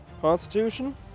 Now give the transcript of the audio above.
Constitution